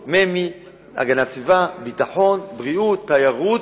כפי שבעבר הקימו קבינט לענייני עלייה.